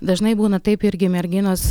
dažnai būna taip irgi merginos